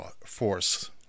Force